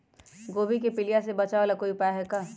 गोभी के पीलिया से बचाव ला कोई उपाय है का?